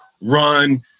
run